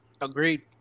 Agreed